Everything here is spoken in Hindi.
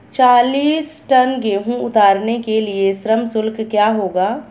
चालीस टन गेहूँ उतारने के लिए श्रम शुल्क क्या होगा?